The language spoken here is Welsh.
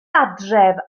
adre